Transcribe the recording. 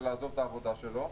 ולעזוב את העבודה שלו.